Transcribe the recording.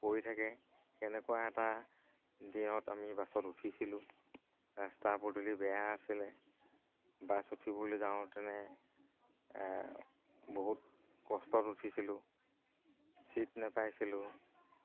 পৰি থাকে কেনেকুৱা এটা দিনত আমি বাছত উঠিছিলোঁ ৰাস্তা পদূলি বেয়া আছিলে বাছ উঠিবলৈ যাওঁতেনে বহুত কষ্টত উঠিছিলোঁ চিট নেপাইছিলোঁ